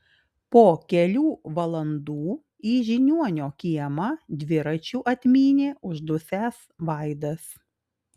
po kelių valandų į žiniuonio kiemą dviračiu atmynė uždusęs vaidas